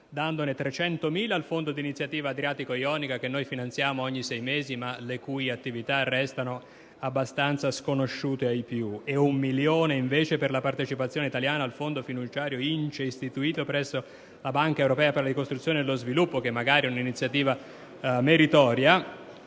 dandone 300.000 al Fondo di Iniziativa adriatico-ionica che finanziamo ogni sei mesi, ma le cui attività restano abbastanza sconosciute ai più, e 1.000.000 invece per la partecipazione italiana al Fondo fiduciario InCE, istituito presso la Banca europea per la ricostruzione e lo sviluppo, che magari è una iniziativa meritoria.